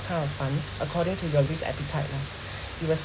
kind of funds according to your risk appetite lah it was